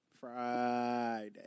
Friday